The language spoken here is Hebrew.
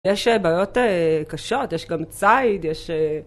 יש בעיות קשות, יש גם צייד, יש...